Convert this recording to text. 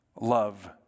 love